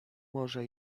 może